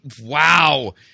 Wow